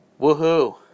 Woohoo